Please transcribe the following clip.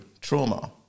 trauma